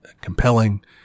compelling